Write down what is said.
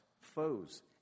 Foes